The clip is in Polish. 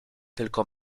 tylko